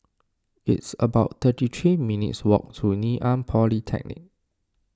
it's about thirty three minutes' walk to Ngee Ann Polytechnic